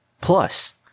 plus